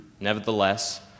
Nevertheless